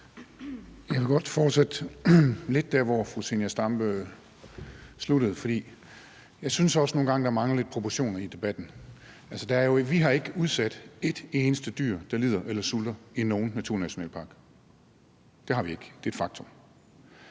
Jeg vil godt fortsætte lidt der, hvor fru Zenia Stampe slap, for jeg synes også nogle gange, at der mangler lidt proportioner i debatten. Altså, vi har ikke udsat et eneste dyr, der lider eller sulter i nogen naturnationalpark. Det har vi ikke, det er et faktum.